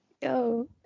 yo